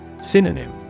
Synonym